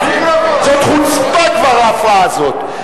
זאת חוצפה כבר, ההפרעה הזאת.